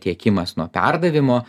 tiekimas nuo perdavimo